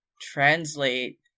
translate